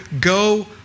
go